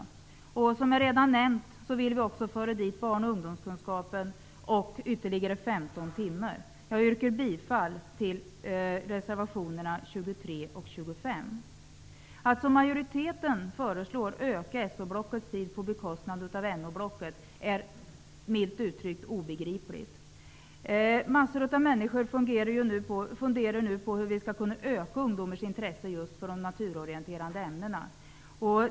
Vi vill, som jag redan sagt, dessutom föra dit barn och ungdomskunskapen och ytterligare 15 timmar. Jag yrkar bifall till reservationerna 23 och Att, som majoriteten föreslår, öka so-blockets tid på bekostnad av no-blocket är, milt uttryckt, obegripligt. Massor av människor funderar nu på hur vi skall kunna öka ungdomars intresse för de naturorienterande ämnena.